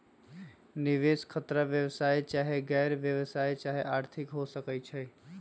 निवेश खतरा व्यवसाय चाहे गैर व्यवसाया चाहे आर्थिक हो सकइ छइ